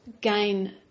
gain